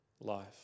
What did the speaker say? life